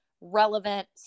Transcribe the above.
relevant